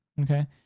Okay